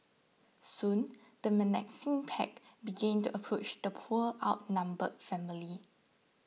soon the menacing pack began to approach the poor outnumbered family